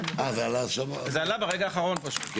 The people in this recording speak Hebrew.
זה עלה ברגע האחרון פשוט.